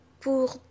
pour